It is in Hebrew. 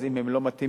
אז אם הם לא מתאימים,